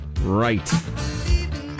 Right